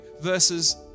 verses